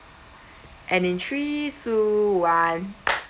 and and three two one